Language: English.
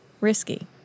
risky